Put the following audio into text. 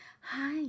Hi